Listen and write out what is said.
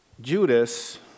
Judas